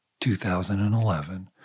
2011